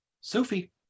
sophie